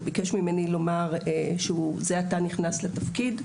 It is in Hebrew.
ביקש ממני לומר שזה עתה נכנס לתפקיד.